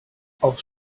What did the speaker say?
aufs